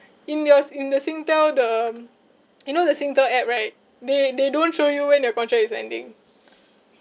in yours in the singtel the you know the singtel app right they they don't show you when your contract is ending